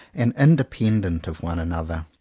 and independent of one another.